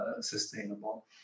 sustainable